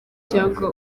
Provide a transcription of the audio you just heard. cyangwa